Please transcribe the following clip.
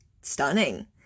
stunning